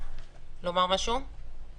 ואני חייב לומר שזו הצעה חדשנית,